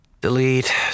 Delete